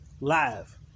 live